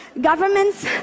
governments